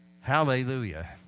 Hallelujah